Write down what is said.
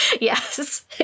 Yes